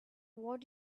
what